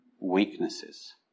weaknesses